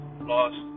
lost